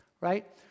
right